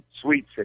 Sweet